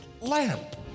lamp